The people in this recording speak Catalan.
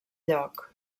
lloc